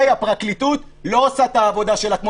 הפרקליטות לא עושה את העבודה שלה כמו